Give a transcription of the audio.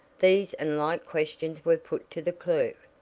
these and like questions were put to the clerk.